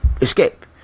escape